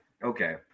Okay